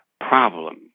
problem